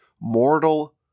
mortal